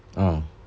mm